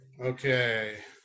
Okay